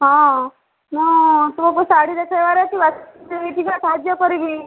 ହଁ ମୁଁ ପୁଅକୁ ଶାଢ଼ୀ ଦେଖାଇବାରେ ଆସ ଦେଇ ଯିବା ସାହାଯ୍ୟ କରିବି